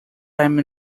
time